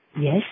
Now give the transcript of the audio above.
Yes